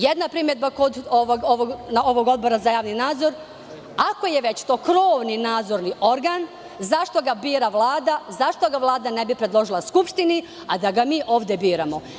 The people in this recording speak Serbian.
Jedna primedba na odbor za javni nadzor, ako je to već krovni nadzorni organ zašto ga bira Vlada, zašto ga Vlada ne bi predložila Skupštini, a da ga mi ovde biramo.